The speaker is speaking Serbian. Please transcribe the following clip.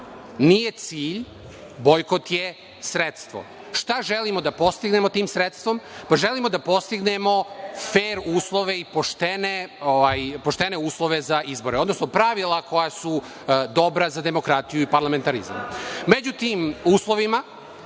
nije cilj, bojkot je sredstvo. Šta želimo da postignemo tim sredstvom? Želimo da postignemo fer uslove i poštene uslove za izbore, odnosno pravila koja su dobra za demokratiju i parlamentarizam.Među tim uslovima,